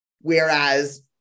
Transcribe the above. Whereas